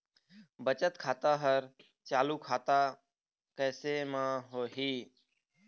बचत खाता हर चालू खाता कैसे म होही?